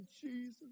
Jesus